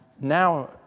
now